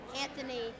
Anthony